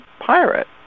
Pirate